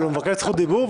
אבל הוא מבקש זכות דיבור,